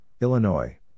Illinois